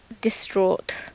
distraught